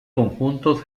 conjunto